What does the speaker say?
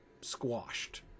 squashed